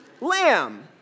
lamb